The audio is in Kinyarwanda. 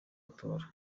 gutora